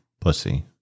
pussy